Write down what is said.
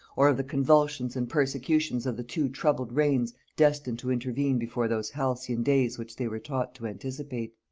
or of the convulsions and persecutions of the two troubled reigns destined to intervene before those halcyon days which they were taught to anticipate!